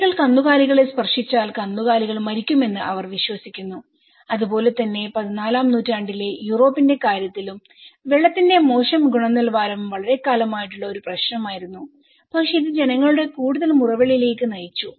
സ്ത്രീകൾ കന്നുകാലികളെ സ്പർശിച്ചാൽ കന്നുകാലികൾ മരിക്കുമെന്ന് അവർ വിശ്വസിക്കുന്നു അതുപോലെ തന്നെ 14 ആം നൂറ്റാണ്ടിലെ യൂറോപ്പിന്റെ കാര്യത്തിലും വെള്ളത്തിന്റെ മോശം ഗുണനിലവാരം വളരെക്കാലമായിട്ടുള്ള ഒരു പ്രശ്നമായിരുന്നു പക്ഷേ ഇത് ജനങ്ങളെ കൂടുതൽ മുറവിളിയിലേക്ക് നയിച്ചു